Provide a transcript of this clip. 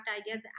ideas